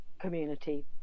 community